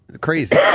crazy